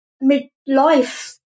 mid-life